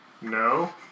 No